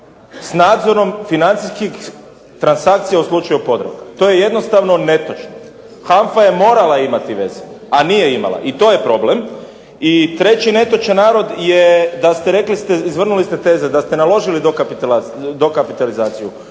s nadzorom financijskih transakcija u slučaju POdravka. To je jednostavno netočno. HANFA je morala imati veze, a nije imala. I to je problem. I treći netočan navoda rekli ste, izvrnuli ste teze, da se naložili dokapitalizaciju leasinga.